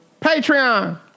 Patreon